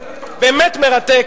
באמת מרתק,